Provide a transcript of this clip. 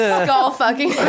skull-fucking